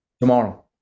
tomorrow